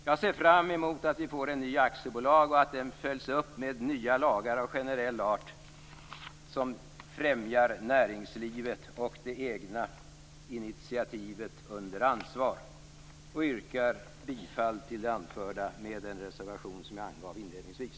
Jag ser fram emot att vi få en ny aktiebolagslag och att den följs upp av nya lagar av generell art som främjar näringslivet och det egna initiativet under ansvar. Jag yrkar med det anförda bifall till den reservation som jag angav inledningsvis.